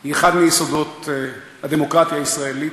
היא אחד מיסודות הדמוקרטיה הישראלית,